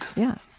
yeah.